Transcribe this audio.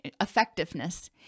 effectiveness